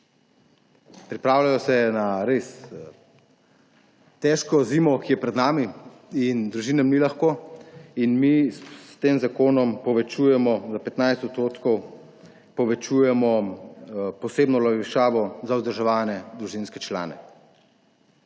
Pripravljajo se na res težko zimo, ki je pred nami, in družinam ni lahko. Mi s tem zakonom povečujemo za 15 % posebno olajšavo za vzdrževane družinske člane.